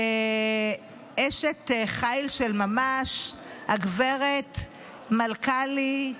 אשת חיל של ממש, הגב' מלכהלי,